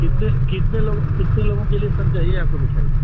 कितने कितने लोगों कितने लोगों के लिए सर चाहिए आपको मिठाई